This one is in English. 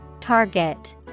Target